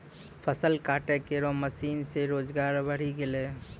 फसल काटै केरो मसीन सें रोजगार बढ़ी गेलै